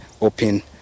open